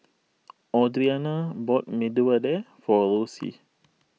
Audrianna bought Medu Vada for Rosie